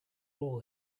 all